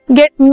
get